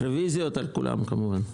רביזיות על כולן כמובן.